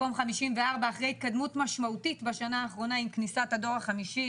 מקום 54 אחרי התקדמות משמעותית בשנה האחרונה עם כניסת הדור החמישי,